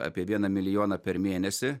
apie vieną milijoną per mėnesį